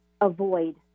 avoid